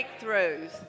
breakthroughs